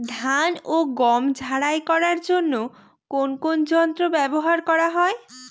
ধান ও গম ঝারাই করার জন্য কোন কোন যন্ত্র ব্যাবহার করা হয়?